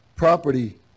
Property